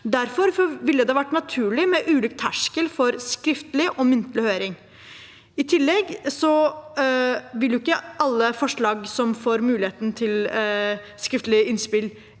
Derfor ville det vært naturlig med ulike terskler for skriftlig og muntlig høring. I tillegg vil ikke alle forslag som får mulighet til å få skriftlige innspill,